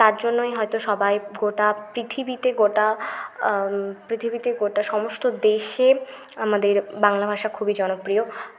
তার জন্যই হয়তো সবাই গোটা পৃথিবীতে গোটা পৃথিবীতে গোটা সমস্ত দেশে আমাদের বাংলা ভাষা খুবই জনপ্রিয়